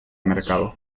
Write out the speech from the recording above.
mercado